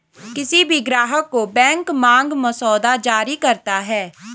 किसी भी ग्राहक को बैंक मांग मसौदा जारी करता है